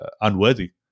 unworthy